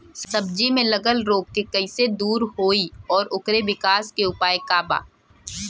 सब्जी में लगल रोग के कइसे दूर होयी और ओकरे विकास के उपाय का बा?